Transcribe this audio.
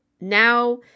now